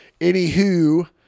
Anywho